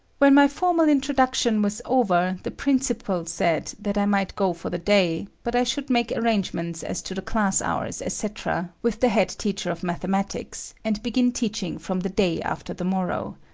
when my formal introduction was over, the principal said that i might go for the day, but i should make arrangements as to the class hours, etc, with the head teacher of mathematics and begin teaching from the day after the morrow.